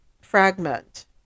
fragment